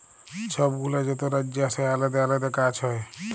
ছব গুলা যত রাজ্যে আসে আলেদা আলেদা গাহাচ হ্যয়